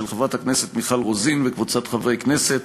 של חברת הכנסת מיכל רוזין וקבוצת חברי הכנסת,